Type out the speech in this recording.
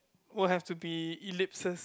will have to be eclipses